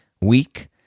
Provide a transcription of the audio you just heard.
week